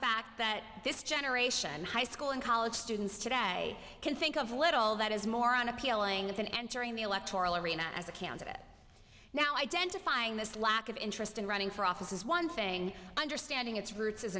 fact that this generation high school and college students today can think of little that is more an appealing than entering the electoral arena as a candidate now identifying this lack of interest in running for office is one thing understanding its roots is